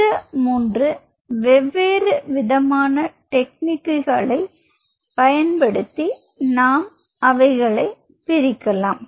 இந்த மூன்று வெவ்வேறு விதமான டெக்னிக்குகளை பயன்படுத்தி நாம் அவைகளை பிரிக்கலாம்